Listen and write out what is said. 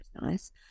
nice